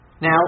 Now